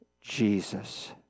Jesus